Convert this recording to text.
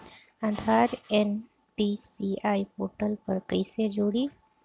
आधार NPCI portal पर कईसे जोड़ी?